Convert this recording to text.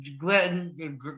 Glenn